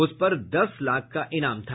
उस पर दस लाख का इनाम था